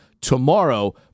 Tomorrow